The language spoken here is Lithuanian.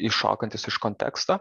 iššokantis iš konteksto